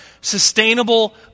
sustainable